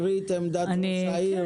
היא רוצה להקריא את עמדת ראש העיר.